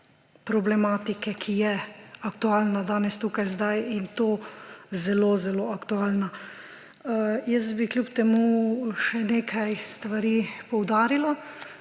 problematike, ki je aktualna danes tukaj zdaj. In to zelo zelo aktualna. Kljub temu bi še nekaj stvari poudarila.